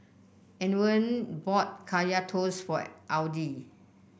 Antwain bought Kaya Toast for Audy